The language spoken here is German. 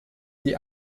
die